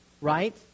right